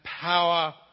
power